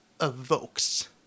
evokes